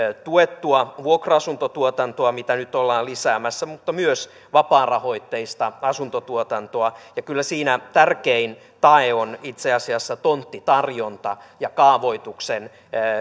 tuettua vuokra asuntotuotantoa mitä nyt ollaan lisäämässä mutta myös vapaarahoitteista asuntotuotantoa ja kyllä siinä tärkein tae on itse asiassa tonttitarjonta ja kaavoituksen